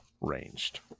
ranged